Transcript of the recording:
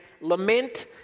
lament